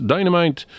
Dynamite